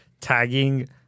tagging